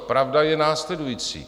Pravda je následující.